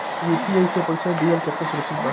UPI से पईसा देहल केतना सुरक्षित बा?